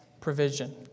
provision